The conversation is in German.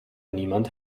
niemand